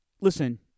listen